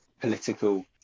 political